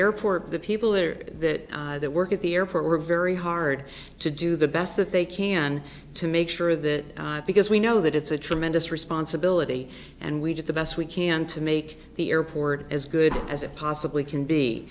airport the people that are that that work at the airport we're very hard to do the best that they can to make sure that because we know that it's a tremendous responsibility and we did the best we can to make the airport as good as it possibly can be